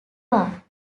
war